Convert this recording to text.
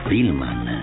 Filman